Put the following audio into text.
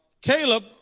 Caleb